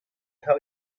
how